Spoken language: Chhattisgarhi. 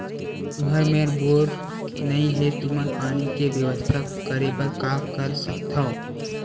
तुहर मेर बोर नइ हे तुमन पानी के बेवस्था करेबर का कर सकथव?